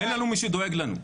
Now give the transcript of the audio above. אין לנו מי שדואג לנו,